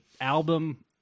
album